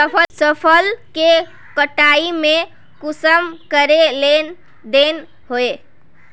फसल के कटाई में कुंसम करे लेन देन होए?